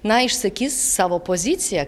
na išsakys savo poziciją